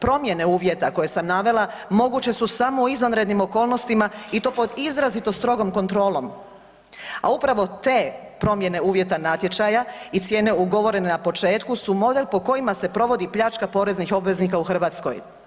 Promjene uvjeta koje sam navela moguće su samo u izvanrednim okolnostima i to pod izrazito strogom kontrolom, a upravo te promjene uvjeta natječaja i cijene u govorene na početku su model po kojima se provodi pljačka poreznih obveznika u Hrvatskoj.